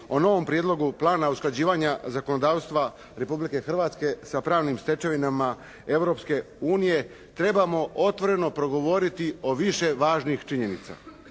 o novom prijedlogu plana usklađivanja zakonodavstva Republike Hrvatske sa pravnim stečevinama Europske unije trebamo otvoreno progovoriti o više važnih činjenica.